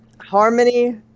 harmony